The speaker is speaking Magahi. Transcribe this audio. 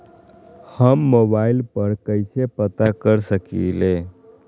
हम मोबाइल पर कईसे पता कर सकींले?